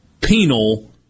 penal